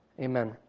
Amen